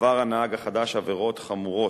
עבר הנהג החדש עבירות חמורות,